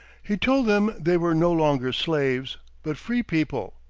he told them they were no longer slaves, but free people,